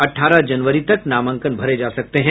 अठारह जनवरी तक नामांकन भरे जा सकते हैं